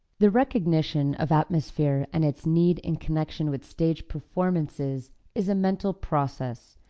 the recognition of atmosphere and its need in connection with stage performances is a mental process,